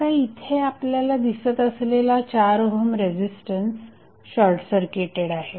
आता इथे आपल्याला दिसत असलेला 4 ओहम रेझिस्टन्स शॉर्टसर्किटेड आहे